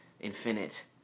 infinite